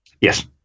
Yes